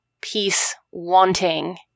peace-wanting